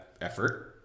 effort